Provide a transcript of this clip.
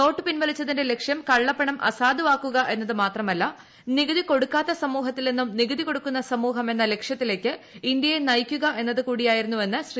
note പിൻവലിച്ചതിന്റെ ലക്ഷ്യം കള്ളപ്പണം അസാധുവാക്കുക എന്നതു മാത്രമല്ല നികൂതി കൊടുക്കാത്ത സമൂഹത്തിൽ നിന്നൂം നികൂതി കൊടുക്കുന്ന സമൂഹം എന്ന ലക്ഷ്യത്തിലേക്ക് ഇൻഡ്യയെ നയിക്കുക എന്നതു കൂടിയായിരുന്നു എന്ന് ശ്രീ